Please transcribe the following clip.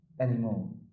anymore